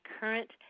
current